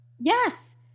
Yes